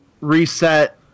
reset